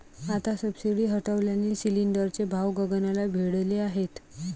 आता सबसिडी हटवल्याने सिलिंडरचे भाव गगनाला भिडले आहेत